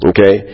Okay